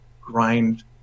grind